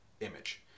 image